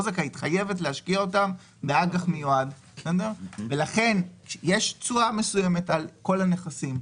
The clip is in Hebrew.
חייבת להשקיע 30% מהנכסים באג"ח מיועד ויש תשואה מסוימת על כל הנכסים.